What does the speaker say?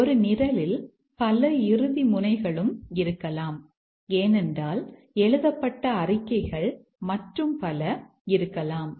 ஒரு நிரலில் பல இறுதி முனைகளும் இருக்கலாம் ஏனென்றால் எழுதப்பட்ட அறிக்கைகள் மற்றும் பல இருக்கலாம்